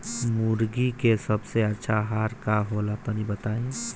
मुर्गी के सबसे अच्छा आहार का होला तनी बताई?